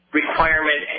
requirement